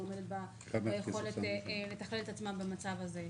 לא עומדת ביכולת לתכלל את עצמה במצב הזה.